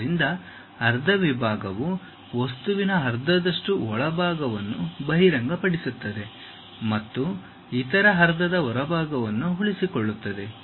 ಆದ್ದರಿಂದ ಅರ್ಧ ವಿಭಾಗವು ವಸ್ತುವಿನ ಅರ್ಧದಷ್ಟು ಒಳಭಾಗವನ್ನು ಬಹಿರಂಗಪಡಿಸುತ್ತದೆ ಮತ್ತು ಇತರ ಅರ್ಧದ ಹೊರಭಾಗವನ್ನು ಉಳಿಸಿಕೊಳ್ಳುತ್ತದೆ